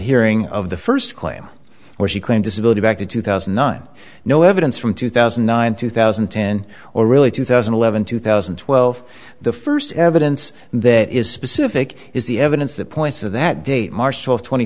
hearing of the first claim where she claimed disability back to two thousand and nine no evidence from two thousand and nine two thousand and ten or really two thousand and eleven two thousand and twelve the first evidence that is specific is the evidence that points to that date marshall twenty